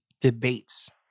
debates